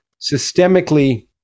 systemically